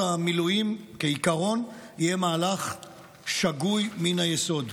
המילואים כעיקרון יהיו מהלך שגוי מן היסוד.